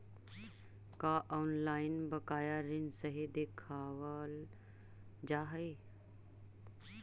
का ऑनलाइन बकाया ऋण सही दिखावाल जा हई